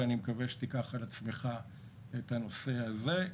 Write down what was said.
ואני מקווה שתיקח על עצמך את הנושא הזה.